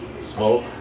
smoke